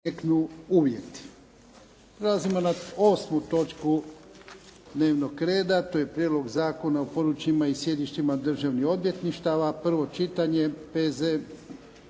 (HDZ)** Prelazimo na 8. točku dnevnog reda: - Prijedlog zakona o područjima i sjedištima državnih odvjetništava, prvo čitanje, P.Z.